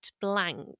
blank